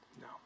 No